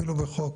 אפילו בחוק.